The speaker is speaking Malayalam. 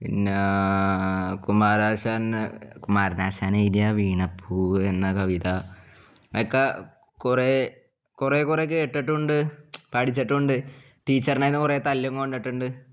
പിന്നെ കുമാരനാശാൻ കുമാരനാശൻ എഴുതിയ വീണപ്പൂവ് എന്ന കവിത ഒക്കെ കുറേ കുറേ കുറേ കേട്ടിട്ടുണ്ട് പഠിച്ചിട്ടുണ്ട് ടീച്ചറിന്റെ കയ്യിൽ നിന്ന് കുറേ തല്ലും കൊണ്ടിട്ടുണ്ട്